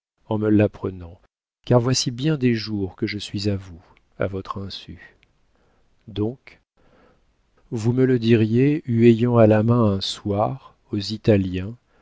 en me l'apprenant car voici bien des jours que je suis à vous à votre insu donc vous me le diriez en ayant à la main un soir aux italiens